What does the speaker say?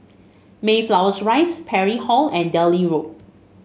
Mayflower Rise Parry Hall and Delhi Road